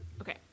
Okay